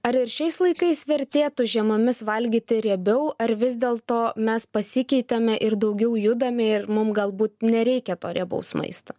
ar ir šiais laikais vertėtų žiemomis valgyti riebiau ar vis dėlto mes pasikeitėme ir daugiau judame ir mum galbūt nereikia to riebaus maisto